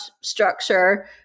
structure